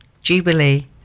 Jubilee